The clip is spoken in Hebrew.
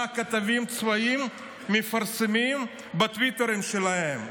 מה הכתבים הצבאיים מפרסמים בטוויטרים שלהם.